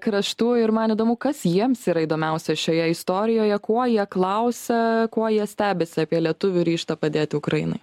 kraštų ir man įdomu kas jiems yra įdomiausia šioje istorijoje kuo jie klausia kuo jie stebisi apie lietuvių ryžtą padėti ukrainai